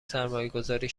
سرمایهگذاری